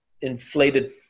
inflated